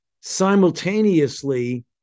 simultaneously